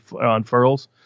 unfurls